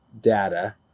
data